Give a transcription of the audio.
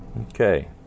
Okay